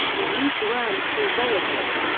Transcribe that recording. we need to earn through zaitech.